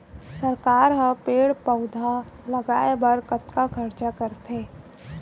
सरकार ह पेड़ पउधा लगाय बर कतका खरचा करथे